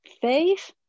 faith